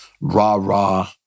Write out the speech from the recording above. rah-rah